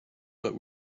but